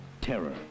Terror